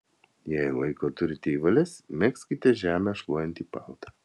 jei laiko turite į valias megzkite žemę šluojantį paltą